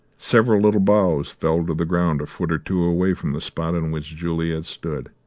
several little boughs fell to the ground a foot or two away from the spot on which juliet stood.